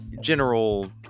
general